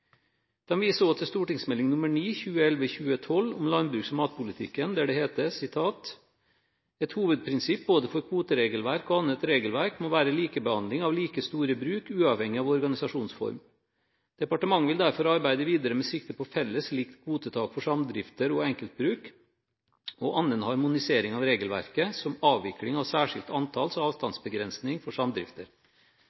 viser også til Meld. St. 9 for 2011–2012 om landbruks- og matpolitikken, der det heter: «Et hovedprinsipp både for kvoteregelverk og annet regelverk må være likebehandling av like store bruk uavhengig av organisasjonsform. Departementet vil derfor arbeide videre med sikte på felles/likt kvotetak for samdrifter og enkeltbruk og annen harmonisering av regelverket, som avvikling av særskilt